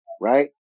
right